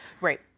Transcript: Right